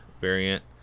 variant